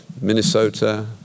Minnesota